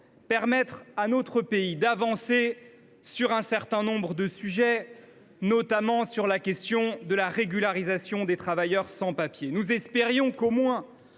permettre à notre pays d’avancer sur un certain nombre de sujets, notamment sur la question de la régularisation des travailleurs sans papiers. Nous avions espéré qu’au moins